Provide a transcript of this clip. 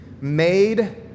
made